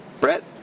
Brett